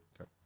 Okay